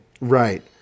Right